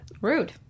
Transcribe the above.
rude